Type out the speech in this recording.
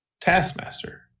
Taskmaster